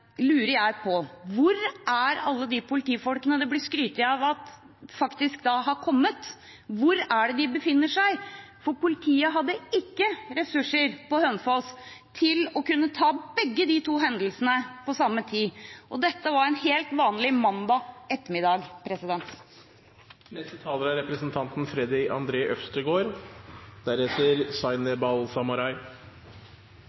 lurer jeg på: Hvor er alle de politifolkene det blir skrytt av har kommet? Hvor er det de befinner seg? Politiet hadde ikke ressurser på Hønefoss til å kunne ta seg av de to hendelsene på samme tid. Og dette var en helt vanlig mandag ettermiddag.